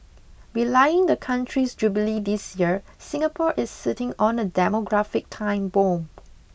belying the country's Jubilee this year Singapore is sitting on a demographic time bomb